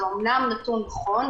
זה אומנם נתון נכון,